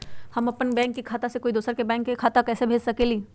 हम अपन बैंक खाता से कोई दोसर के बैंक खाता में पैसा कैसे भेज सकली ह?